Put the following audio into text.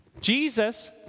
Jesus